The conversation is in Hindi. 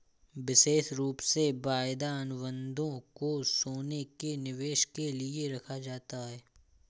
विशेष रूप से वायदा अनुबन्धों को सोने के निवेश के लिये रखा जाता है